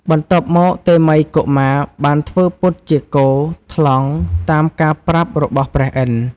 បន្ទាប់មកតេមិយកុមារ បានធ្វើពុតជា គ ថ្លង់ តាមការប្រាប់របស់ព្រះឥន្ទ។